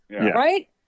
right